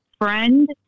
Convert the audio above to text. friend